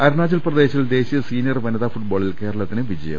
അരുണാചൽ പ്രദേശിൽ ദേശീയ സീനിയർ വനിതാ ഫുട്ബോ ളിൽ കേരളത്തിന് ജയം